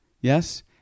Yes